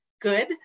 good